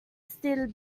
still